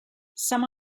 some